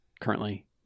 currently